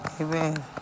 Amen